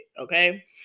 okay